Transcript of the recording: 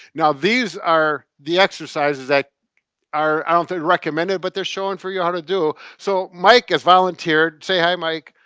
now these are the exercises that are, i don't think recommended, but they are shown for you how to do. so, mike has volunteered. say hi, mike.